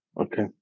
Okay